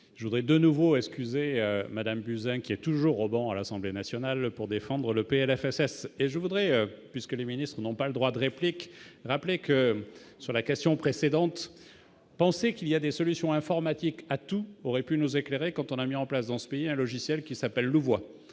je voudrais de nouveau excusé Madame Buzyn, qui est toujours au banc à l'Assemblée nationale pour défendre le PLFSS et je voudrais, puisque les ministres n'ont pas le droit de réplique rappeler que sur la question précédente, penser qu'il y a des solutions informatiques à tout aurait pu nous éclairer, quand on a mis en place dans ce pays, un logiciel qui s'appelle Louvois